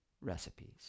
recipes